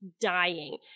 dying